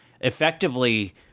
effectively